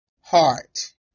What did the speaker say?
heart